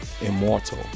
immortal